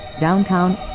downtown